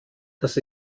dass